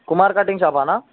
Kumar cutting షాపా అన్న